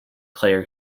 player